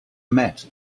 met